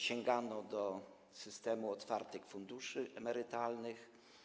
Sięgamy do systemu otwartych funduszy emerytalnych.